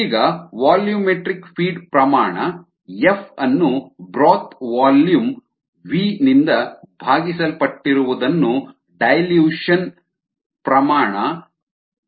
ಈಗ volumetric feed ಪ್ರಮಾಣ F ಅನ್ನು ಬ್ರೋತ್ ವಾಲ್ಯೂಮ್ ವಿ ನಿಂದ ಭಾಗಿಸಲ್ಪಟ್ಟಿರುವುದನ್ನು ಡೈಲ್ಯೂಷನ್ ಸಾರಗುಂದಿಸುವಿಕೆ ಪ್ರಮಾಣ ಡಿ ಎಂದು ವ್ಯಾಖ್ಯಾನಿಸೋಣ